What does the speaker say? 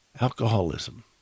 alcoholism